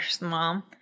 mom